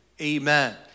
Amen